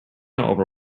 over